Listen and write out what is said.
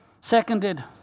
seconded